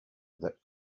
that